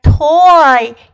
Toy